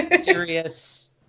serious